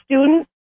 student